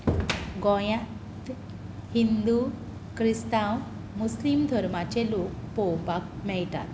गोंयांत हिंदू क्रिस्तांव मुसलीम धर्माचे लोक पळोवपाक मेळटात